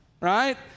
right